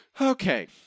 Okay